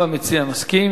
גם המציע מסכים.